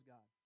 God